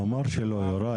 הוא אמר כבר שלא.